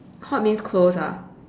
hot means close ah